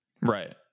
Right